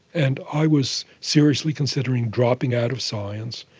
and i was seriously considering dropping out of science,